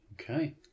Okay